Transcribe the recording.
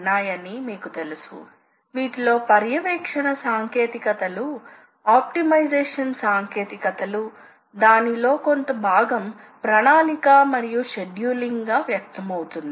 అయితే తరువాత డ్రైవ్ సాంకేతికతను అధ్యయనం చేసినప్పుడు మనం దీనిని సూచించవచ్చు మరియు ఎలక్ట్రికల్ యంత్రాలు